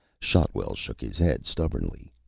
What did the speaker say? shotwell shook his head stubbornly.